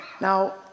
Now